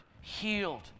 healed